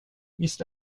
visst